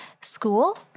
school